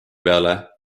peale